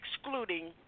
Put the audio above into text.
excluding